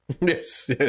Yes